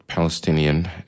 Palestinian